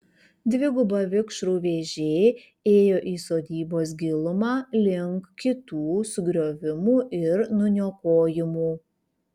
dviguba vikšrų vėžė ėjo į sodybos gilumą link kitų sugriovimų ir nuniokojimų